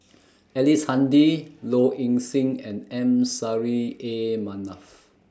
Ellice Handy Low Ing Sing and M Saffri A Manaf